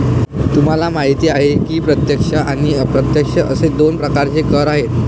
तुम्हाला माहिती आहे की प्रत्यक्ष आणि अप्रत्यक्ष असे दोन प्रकारचे कर आहेत